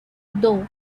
though